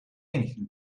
anything